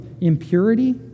impurity